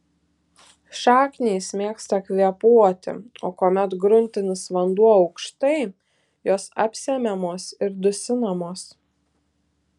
šaknys mėgsta kvėpuoti o kuomet gruntinis vanduo aukštai jos apsemiamos ir dusinamos